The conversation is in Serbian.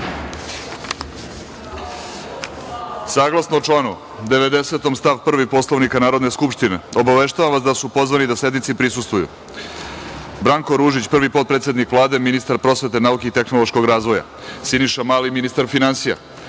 reda. Saglasno članu 90. stav 1. Poslovnika Narodne skupštine, obaveštavam vas da su pozvani da sednici prisustvuju: Branko Ružić, prvi potpredsednik Vlade, ministar prosvete, nauke i tehnološkog razvoja; Siniša Mali, ministar finansija;